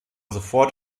sofort